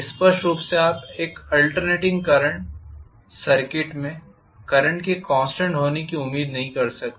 स्पष्ट रूप से आप एक आल्टर्नेटिंग करंट सर्किट में करंट के कॉन्स्टेंट होने की उम्मीद नहीं कर सकते